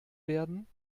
werden